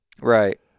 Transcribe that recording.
Right